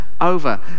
over